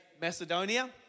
Macedonia